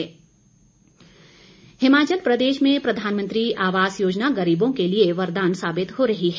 प्रधानमंत्री आवास योजना हिमाचल प्रदेश में प्रधानमंत्री आवास योजना गरीबों के लिए वरदान साबित हो रही है